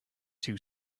too